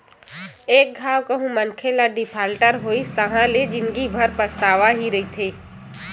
एक घांव कहूँ मनखे ह डिफाल्टर होइस ताहाँले ले जिंदगी भर के पछतावा ही रहिथे